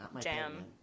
jam